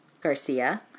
Garcia